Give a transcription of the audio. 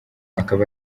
akaba